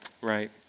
right